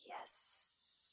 yes